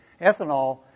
Ethanol